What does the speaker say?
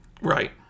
Right